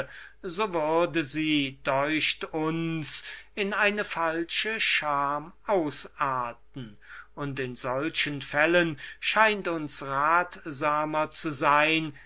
so würde sie deucht uns in eine falsche scham ausarten und in solchen fällen scheint uns ratsamer zu sein